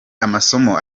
amasomo